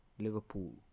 Liverpool